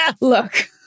look